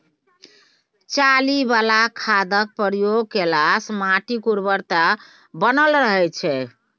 चाली बला खादक प्रयोग केलासँ माटिक उर्वरता बनल रहय छै